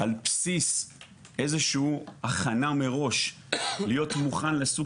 על בסיס איזושהי הכנה מראש להיות מוכן לסוג